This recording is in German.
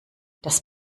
das